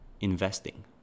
investing